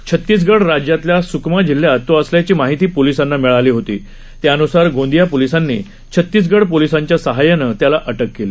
छत्तीसगढ राज्यातल्या सुकमा जिल्ह्यात तो असल्याची माहीती पोलिसांना मिळाली होती त्यान्सार गोंदिया पोलिसांनी छतीसगढ पोलिसांच्या सहाय्यानं या त्याला अटक केली